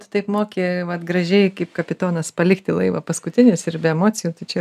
tu taip moki vat gražiai kaip kapitonas palikti laivą paskutinis ir be emocijų tai čia